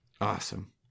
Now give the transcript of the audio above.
Awesome